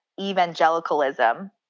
evangelicalism